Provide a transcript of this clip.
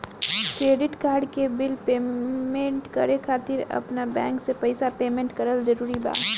Credit card के bill payment करे खातिर आपन बैंक से पईसा पेमेंट करल जरूरी बा?